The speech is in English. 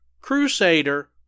Crusader